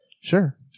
Sure